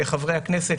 חברי הכנסת,